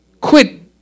Quit